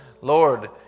Lord